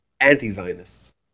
anti-Zionists